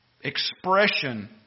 expression